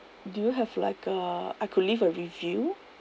do you have like uh I could leave a review